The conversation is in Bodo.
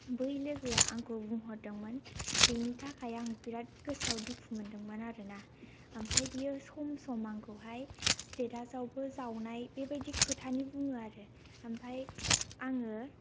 बै लोगोया आंखौ बुंहरदोंमोन बेनि थाखाय आं बिराद गोसोआव दुखु मोनदोंमोन आरोना ओमफाय बेयो सम सम आंखौहाय स्टेटासआवबो जावनाय बेबायदि खोथानि बुङो आरो ओमफाय आङो